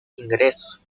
ingresos